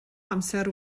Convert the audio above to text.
amser